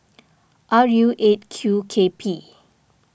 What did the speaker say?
R U eight Q K P